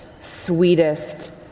sweetest